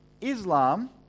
Islam